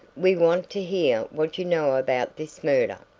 we want to hear what you know about this murder.